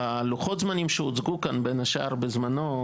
בלוחות זמנים שהוצגו כאן בין השאר בזמנו,